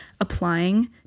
applying